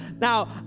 Now